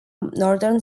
northern